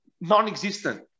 non-existent